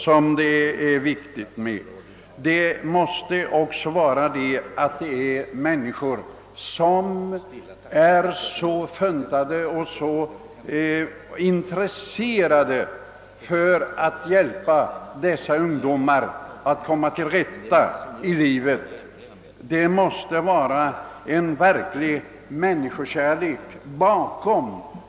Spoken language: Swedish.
Personerna i fråga måste också vara intresserade av att hjälpa dessa ungdomar till rätta i livet, ja, det måste till verklig människokärlek.